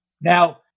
Now